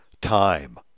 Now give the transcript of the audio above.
time